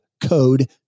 Code